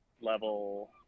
level